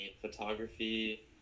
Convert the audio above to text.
photography